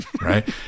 Right